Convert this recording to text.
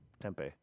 Tempe